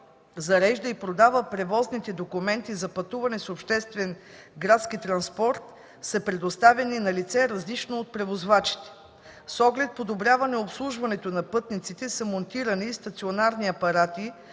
зарежда и продава превозните документи за пътуване с обществения градски транспорт са предоставени на лице, различно от превозвачите. С оглед подобряване обслужването на пътниците са монтирани и стационарни апарати